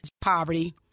poverty